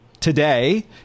Today